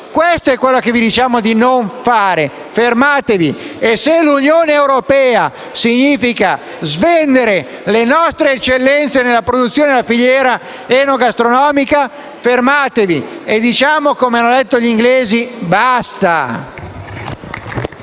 Questo è quello che vi diciamo di non fare. Fermatevi. E se l'Unione europea significa svendere le nostre eccellenze nella produzione della filiera enogastronomica, fermatevi e, come hanno fatto gli inglesi, diciamo